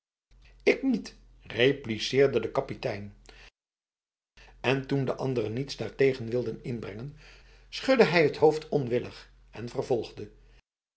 ik niet repliceerde de kapitein en toen de anderen iets daartegen wilden inbrengen schudde hij het hoofd onwillig en vervolgde